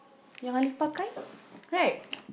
yang Ali pakai right